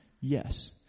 yes